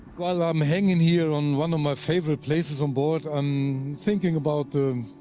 while ah i'm hanging here on one of my favorite places on board, i'm thinking about the